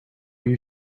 you